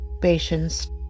Patience